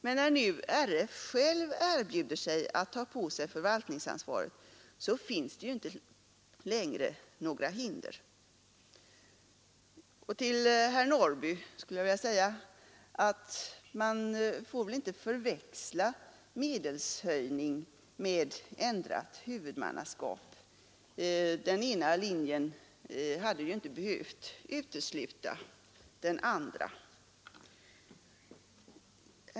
Men när nu RF självt erbjuder sig att ta på sig förvaltningsansvaret, så finns det ju inte längre några hinder. Till herr Norrby i Gunnarskog vill jag säga att man får väl inte förväxla medelshöjning med ändrat huvudmannaskap. Den ena linjen hade ju inte behövt utesluta den andra.